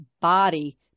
body